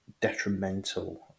detrimental